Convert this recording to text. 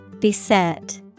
Beset